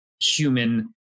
human